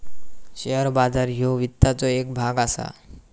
share बाजार ह्यो वित्ताचो येक भाग असा